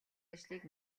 ажлыг